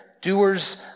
doers